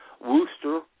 Worcester